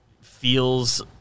feels